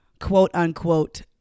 quote-unquote